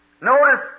Notice